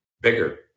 bigger